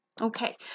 Okay